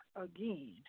again